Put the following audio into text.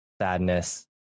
sadness